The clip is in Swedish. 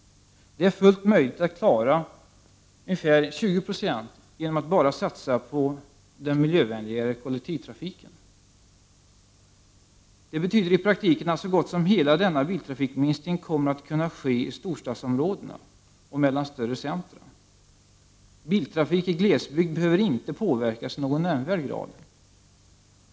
Det är fullt möjligt att klara ungefär 20 76 genom att satsa på den miljövänligare kollektivtrafiken. Det betyder i praktiken att så gott som hela denna biltrafikminskning kommer att kunna ske i storstadsområdena och mellan större centra. Biltrafik i glesbygd behöver inte påverkas i någon nämnvärd grad.